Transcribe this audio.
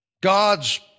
God's